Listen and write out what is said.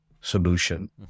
solution